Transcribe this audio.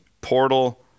portal